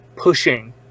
Pushing